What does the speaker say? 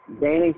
Danny